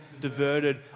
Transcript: diverted